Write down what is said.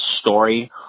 story